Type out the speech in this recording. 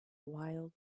wild